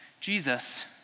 Jesus